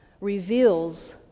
reveals